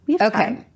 Okay